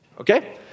okay